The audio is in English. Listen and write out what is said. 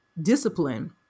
discipline